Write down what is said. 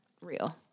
real